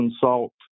salt